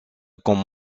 comme